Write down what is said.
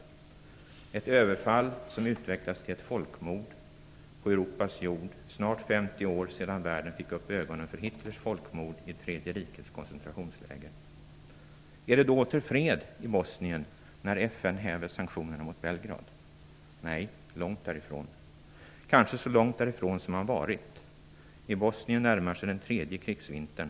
Det är ett överfall som har utvecklats till ett folkmord på Europas jord, snart 50 år efter världen fick upp ögonen för Hitlers folkmord i tredje rikets koncentrationsläger. Är det åter fred i Bosnien, när FN har hävt sanktionerna mot Belgrad? Nej, långt därifrån, kanske så långt därifrån som man kan komma. I Bosnien närmar sig den tredje krigsvintern.